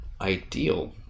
ideal